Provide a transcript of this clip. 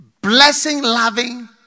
blessing-loving